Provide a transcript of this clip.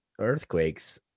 earthquakes